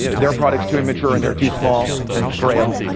their product's too immature and they're too small and frail.